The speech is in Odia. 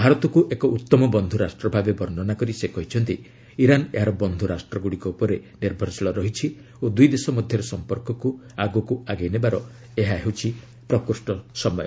ଭାରତକୁ ଏକ ଉତ୍ତମ ବନ୍ଧୁରାଷ୍ଟ୍ର ଭାବେ ବର୍ଷ୍ଣନା କରି ସେ କହିଛନ୍ତି ଇରାନ୍ ଏହାର ବନ୍ଧୁ ରାଷ୍ଟ୍ରଗୁଡ଼ିକ ଉପରେ ନିର୍ଭରଶୀଳ ରହିଛି ଓ ଦୁଇଦେଶ ମଧ୍ୟରେ ସମ୍ପର୍କକୁ ଆଗୁକୁ ଆଗେଇ ନେବାର ଏହା ହେଉଛି ପ୍ରକୃଷ୍ଟ ସମୟ